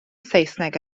saesneg